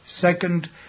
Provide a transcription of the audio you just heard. Second